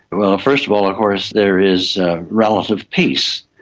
well, first of all of course there is relative peace,